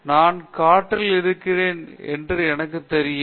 நான் காற்றில் இருக்கிறேன் என்று எனக்குத் தெரியும்